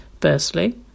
Firstly